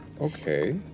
Okay